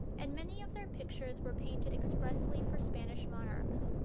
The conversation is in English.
and many of their pictures were painted expressly for spanish monarchs.